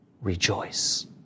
Rejoice